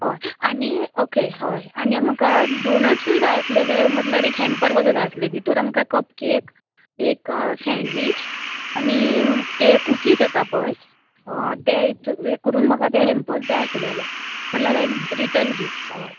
हय आनी ओके हय आनी म्हाका डोनट्सूय जाय आसलेले म्हटल्यार एक हॅम्पर कसो जाय आसले जितून आमकां कप केक एक सँडवीच आनी ते कुकीज येता पळय ते करून म्हाका ते हॅम्पर्स जाय आसलेले म्हटल्यार लायक रिटर्न गिफ्ट हय